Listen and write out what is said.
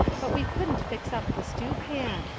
but we couldent fix up the stewpan.